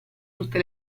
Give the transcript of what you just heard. tutte